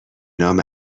نام